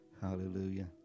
hallelujah